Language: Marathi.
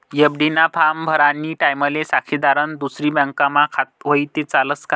एफ.डी ना फॉर्म भरानी टाईमले साक्षीदारनं दुसरी बँकमा खातं व्हयी ते चालस का